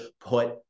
put